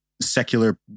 secular